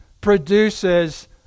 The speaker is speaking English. produces